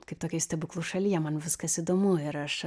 kaip tokioj stebuklų šalyje man viskas įdomu ir aš